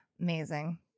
amazing